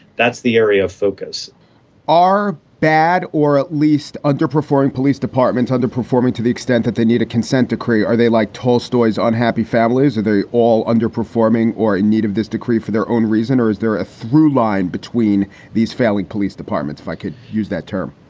that's the area of focus are bad or at least underperforming police departments underperforming to the extent that they need a consent decree are they like tolstoy's unhappy families? are they all underperforming or in need of this decree for their own reason, or is there a through line between these failing police departments? if i could use that term,